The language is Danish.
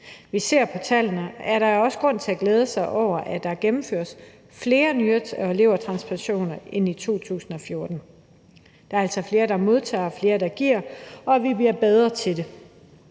vi ser på tallene, er der også grund til at glæde sig over, at der gennemføres flere nyre- og levertransplantationer end i 2014. Der er altså flere, der modtager, og flere, der giver, og vi bliver bedre til det,